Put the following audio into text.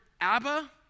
Abba